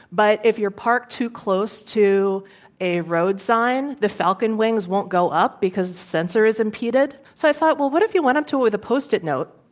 but if you're parked too close to a road sign, the falcon wings won't go up because the sensor is impeded. so, i thought, well, what if you went up to it with a post-it note,